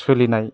सोलिनाय